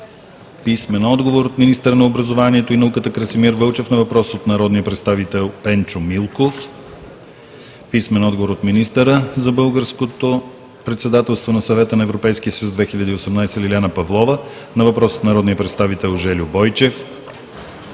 Румен Георгиев; - министъра на образованието и науката Красимир Вълчев на въпрос от народния представител Пенчо Милков; - министъра за българското председателство на Съвета на Европейския съюз 2018 Лиляна Павлова на въпрос от народния представител Жельо Бойчев;